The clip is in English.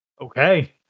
Okay